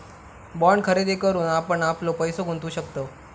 bond खरेदी करून आपण आपलो पैसो गुंतवु शकतव